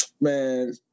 man